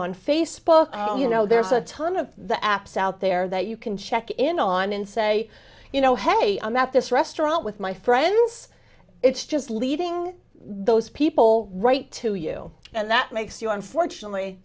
on facebook you know there's a ton of the apps out there that you can check in on and say you know hey i'm at this restaurant with my friends it's just leading those people right to you and that makes you unfortunately